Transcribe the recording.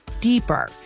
deeper